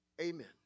Amen